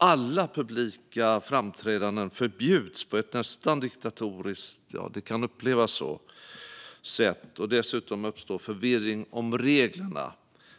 Alla publika framträdanden förbjuds på ett sätt som kan upplevas som nästan diktatoriskt, och dessutom uppstår förvirring om reglerna